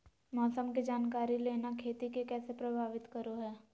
मौसम के जानकारी लेना खेती के कैसे प्रभावित करो है?